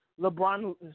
LeBron